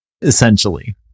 essentially